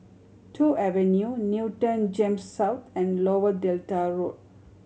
Toh Avenue Newton GEMS South and Lower Delta Road